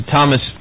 Thomas